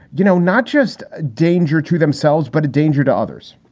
you know not just danger to themselves, but a danger to others?